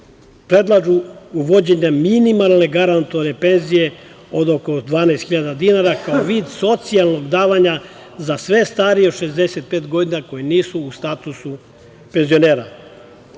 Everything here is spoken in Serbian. predlažu uvođenje minimalne garantovane penzije od oko 12.000 dinara kao vid socijalnog davanja za sve starije od 65 godina koji nisu u statusu penzionera. Neophodno